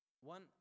One